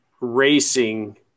racing